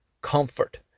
comfort